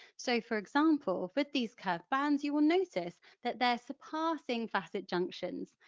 so for example, for these curved bands you will notice that they're surpassing facet junctions,